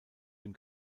dem